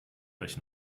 euch